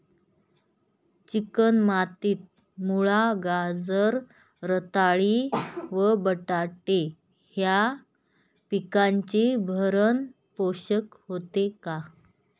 Chicken मातीत मुळा, गाजर, रताळी व बटाटे या पिकांचे भरण पोषण होते का?